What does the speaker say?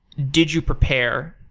did you prepare,